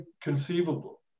conceivable